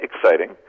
exciting